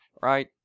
right